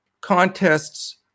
contests